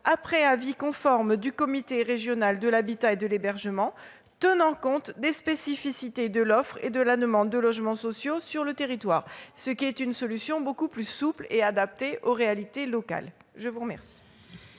après avis conforme du comité régional de l'habitat et de l'hébergement, en tenant compte des spécificités de l'offre et de la demande de logements sociaux sur le territoire. Cette solution me semble beaucoup plus souple et adaptée aux réalités locales. L'amendement